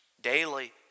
daily